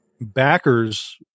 backers